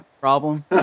problem